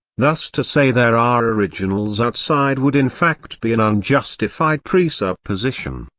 thus to say there are originals outside would in fact be an unjustified presupposition,